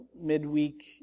midweek